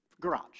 Garage